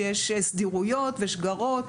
יש סדירויות ושגרות,